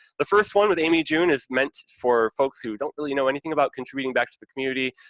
the first one with amy june is meant for folks who don't really know anything about contributing back to the community,